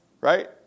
Right